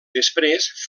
després